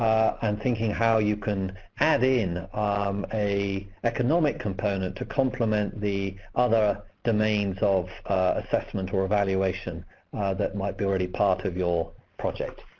and thinking how you can add in um an economic component to complement the other domains of assessment or evaluation that might be already part of your project